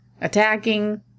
attacking